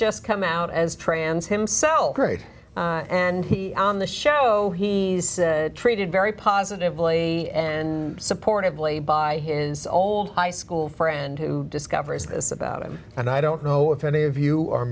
just come out as trans himself great and he on the show he treated very positively and supportively by his old high school friend who discovers this about him and i don't know if any of you are